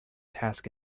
task